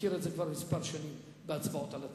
מכיר את זה כבר כמה שנים בהצבעות על התקציב.